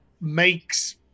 makes